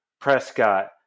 Prescott